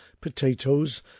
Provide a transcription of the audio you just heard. potatoes